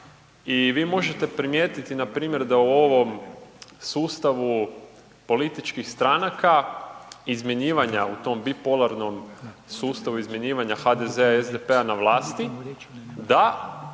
i vi možete primijetiti npr. da u ovom sustavu političkih stranaka izmjenjivanja u tom bipolarnom sustavu izmjenjivanja HDZ-a i SDP-a na vlasi da